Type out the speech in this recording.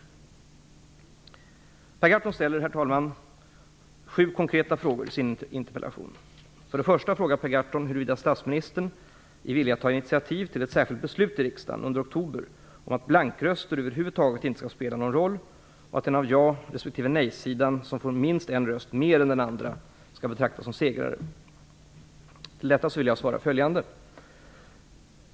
Per Gahrton ställer, herr talman, sju konkreta frågor i sin interpellation. För det första frågar Per Gahrton huruvida statsministern är villig att ta initiativ till ett särskilt beslut i riksdagen under oktober om att blankröster över huvud taget inte skall spela någon roll och att den av ja respektive nej-sidan som får minst en röst mer än den andra skall betraktas som segrare. På detta vill jag svara följande.